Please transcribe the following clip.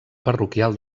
parroquial